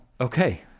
Okay